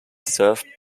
served